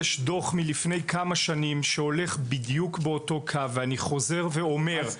יש דוח מלפני כמה שנים שהולך בדיוק באותו קו ואני חוזר ואומר,